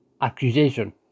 Accusation